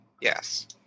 Yes